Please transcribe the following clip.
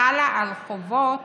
חלה על חובות